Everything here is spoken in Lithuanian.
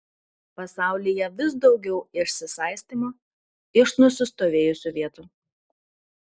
pasaulyje vis daugiau išsisaistymo iš nusistovėjusių vietų